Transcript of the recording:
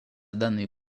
данный